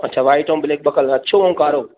हा अच्छा वाईट अऊं ब्लैक ॿ कलर अछो अऊं कारो